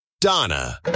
Donna